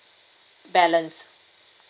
balance